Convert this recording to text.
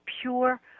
pure